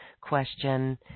question